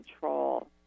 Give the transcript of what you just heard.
control